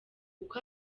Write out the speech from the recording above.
uko